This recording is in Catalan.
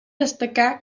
destacar